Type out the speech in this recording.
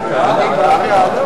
הגבלת שכרם של בכירים בחברות